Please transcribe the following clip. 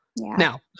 Now